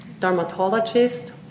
dermatologist